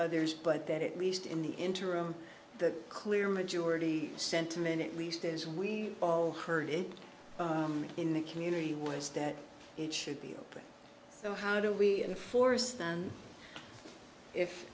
others but that it least in the interim the clear majority sentiment at least as we all heard it in the community was that it should be open so how do we enforce them if